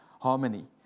harmony